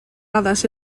addas